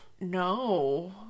No